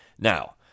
Now